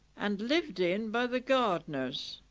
and lived in by the gardners,